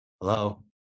Hello